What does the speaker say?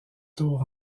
tour